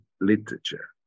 literature